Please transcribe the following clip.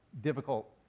difficult